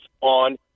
on